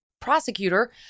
prosecutor